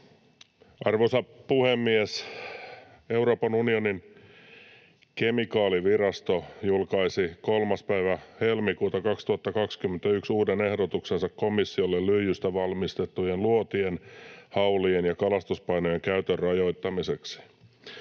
Arvoisa puhemies! Euroopan unionin kemikaalivirasto julkaisi 3. helmikuuta 2021 uuden ehdotuksensa komissiolle lyijystä valmistettujen luotien, haulien ja kalastuspainojen käytön rajoittamiseksi.